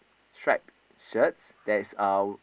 stripe shirts that is uh